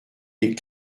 des